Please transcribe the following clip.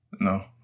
No